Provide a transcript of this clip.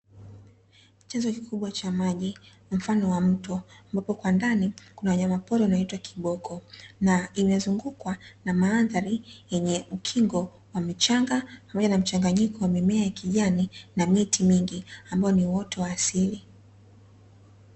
Chanzo kikubwa cha maji mfano wa mto, ambapo kwa ndani kuna wanyamapori wanaoitwa kiboko. Na imezungukwa na mandhari yenye ukingo wa michanga, ambayo ina mchanganyiko wa mimea ya kijani na miti mingi, ambayo ni uoto wa asili.